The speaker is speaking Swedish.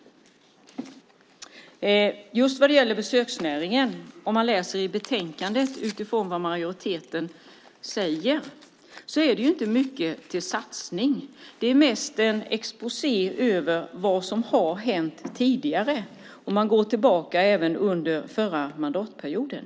Just vad det gäller besöksnäringen är det inte mycket till satsning utifrån vad majoriteten säger i betänkandet. Det är mest en exposé över vad som har hänt tidigare. Man går även tillbaka till förra mandatperioden.